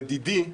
לדידי,